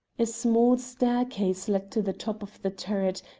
a small staircase led to the top of the turret,